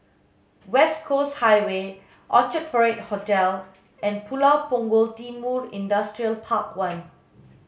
West Coast Highway Orchard Parade Hotel and Pulau Punggol Timor Industrial Park one